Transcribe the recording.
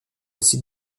site